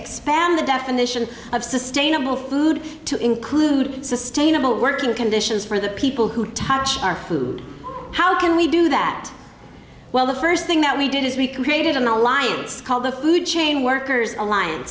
expand the definition of sustainable food to include sustainable working conditions for the people who touched our food how can we do that well the first thing that we did is we created an alliance called the food chain workers alliance